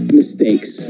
mistakes